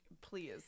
please